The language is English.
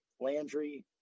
Landry